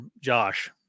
Josh